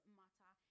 matter